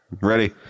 Ready